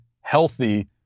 healthy